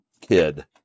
kid